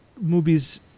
movies